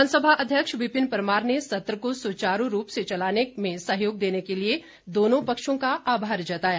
विधानसभा अध्यक्ष विपिन परमार ने सत्र को सुचारू रूप से चलाने में सहयोग के लिए दोनों पक्षों का आभार जताया